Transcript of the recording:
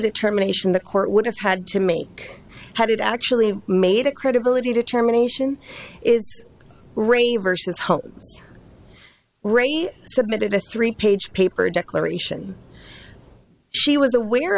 determination the court would have had to make had it actually made a credibility determination is rain versus hope rainy submitted a three page paper declaration she was aware